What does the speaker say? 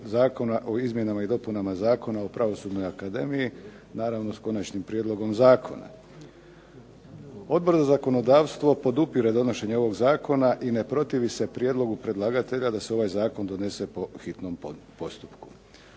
o izmjenama i dopunama Zakona o pravosudnoj akademiji naravno s konačnim prijedlogom zakona. Odbor za zakonodavstvo podupire donošenje ovog zakona i ne protivi se prijedlogu predlagatelja da se ovaj zakon donese po hitnom postupku.